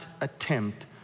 attempt